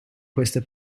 queste